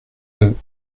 eux